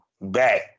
back